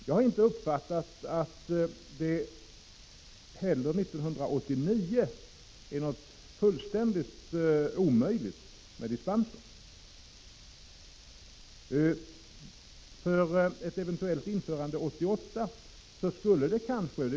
Jag har uppfattat att det inte heller 1989 kommer att vara fullständigt omöjligt att bevilja dispenser.